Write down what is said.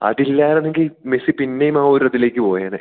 അതില്ലായിരുന്നുവെങ്കിൽ Messi പിന്നെയും ആ ഒരു ഇതിലേക്ക് പോയേനെ